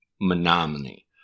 Menominee